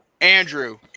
Andrew